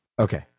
Okay